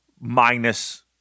minus